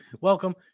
Welcome